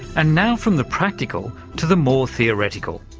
and now from the practical to the more theoretical,